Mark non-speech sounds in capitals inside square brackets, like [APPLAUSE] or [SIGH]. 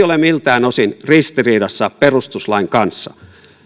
[UNINTELLIGIBLE] ole miltään osin ristiriidassa perustuslain kanssa